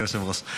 אדוני היושב-ראש,